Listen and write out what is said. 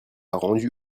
rendu